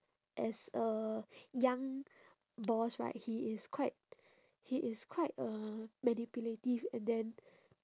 as a young boss right he is quite he is quite uh manipulative and then